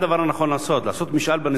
אפילו להחליף את הקווטה,